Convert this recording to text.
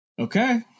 Okay